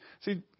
See